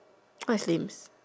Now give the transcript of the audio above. what is lame